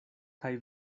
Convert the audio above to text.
kaj